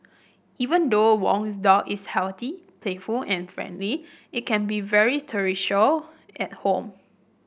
even though Wong's dog is healthy playful and friendly it can be very at home